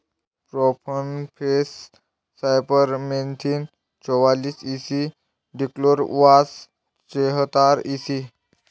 profenofos cypermethrin चौवालीस E C dichlorvos चेहतार EC